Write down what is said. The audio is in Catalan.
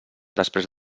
després